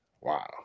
wow